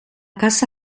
casa